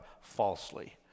falsely